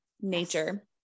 nature